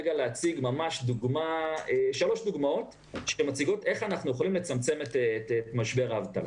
להציג שלוש דוגמאות שמציגות איך אנחנו יכולים לצמצם את משבר האבטלה.